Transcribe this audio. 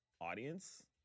audience